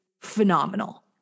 phenomenal